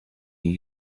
you